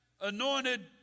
anointed